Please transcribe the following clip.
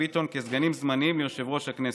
ביטון כסגנים זמניים ליושב-ראש הכנסת.